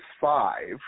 five